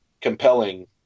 compelling